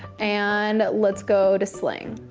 and let's go to sling.